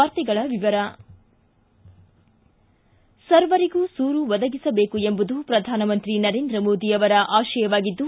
ವಾರ್ತೆಗಳ ವಿವರ ಸರ್ವರಿಗೂ ಸೂರು ಒದಗಿಸಬೇಕು ಎಂಬುದು ಪ್ರಧಾನಮಂತ್ರಿ ನರೇಂದ್ರ ಮೋದಿ ಅವರ ಆಶಯವಾಗಿದ್ದು